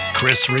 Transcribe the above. Chris